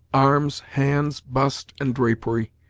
arms, hands, bust, and drapery,